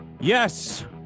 Yes